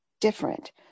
different